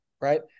right